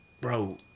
bro